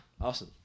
Awesome